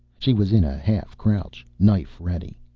she was in a half-crouch, knife ready.